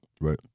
right